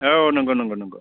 औ नंगौ नंगौ नंगौ